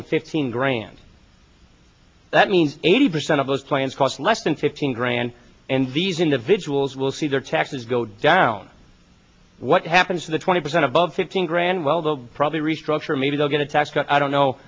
than fifteen grand that means eighty percent of those plans cost less than fifteen grand and these individuals will see their taxes go down what happens to the twenty percent above fifteen grand well the probably restructure maybe they'll get a tax cut i don't know